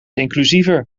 inclusiever